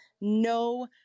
no